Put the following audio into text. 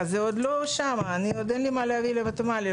זה עוד לא שם, עדיין אין לי מה להביא לוותמ"לים.